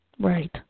Right